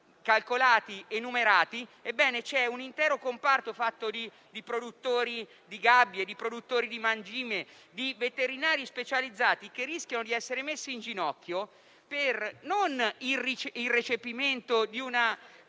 solo per quest'anno. Un intero comparto fatto di produttori di gabbie, di produttori di mangime, di veterinari specializzati rischia di essere messo in ginocchio non per il recepimento di una